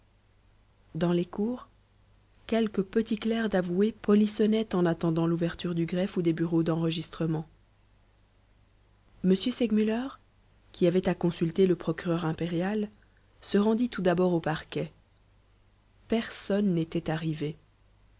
dans les cours quelques petits clercs d'avoué polissonnaient en attendant l'ouverture du greffe ou des bureaux d'enregistrement m segmuller qui avait à consulter le procureur impérial se rendit tout d'abord au parquet personne n'était arrivé